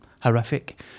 horrific